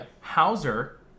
Hauser